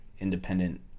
independent